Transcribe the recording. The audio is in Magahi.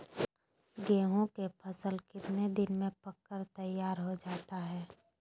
गेंहू के फसल कितने दिन में पक कर तैयार हो जाता है